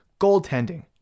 Goaltending